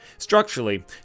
Structurally